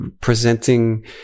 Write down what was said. presenting